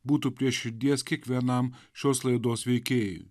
būtų prie širdies kiekvienam šios laidos veikėjui